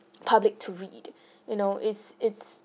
public to read you know it's it's